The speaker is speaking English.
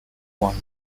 one